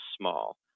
small